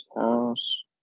house